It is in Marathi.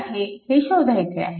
आहे हे शोधायचे आहे